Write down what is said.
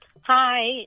Hi